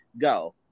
go